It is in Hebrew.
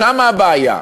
שם הבעיה.